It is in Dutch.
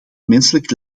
menselijk